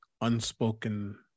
unspoken